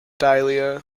dahlia